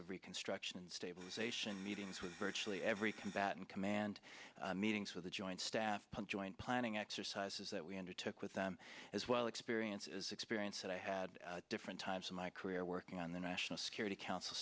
of reconstruction and stabilization meetings with virtually every combatant command meetings with the joint staff on joint planning exercises that we undertook with them as well experiences experience that i had different times in my career working on the national security council